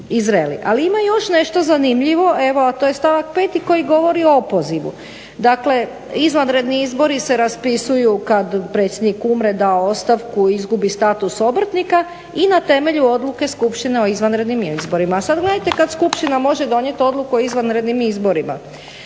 Ali ima još nešto zanimljivo, evo a to je stavak 5. koji govori o opozivu. Dakle, izvanredni izbori se raspisuju kad predsjednik umre, da ostavku, izgubi status obrtnika i na temelju odluke skupštine o izvanrednim izborima. A sad gledajte kad skupština može donijeti odluku o izvanrednim izborima